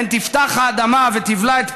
פן תפתח האדמה את פיה ותבלע,